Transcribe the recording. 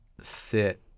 sit